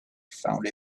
found